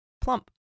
plump